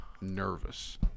nervous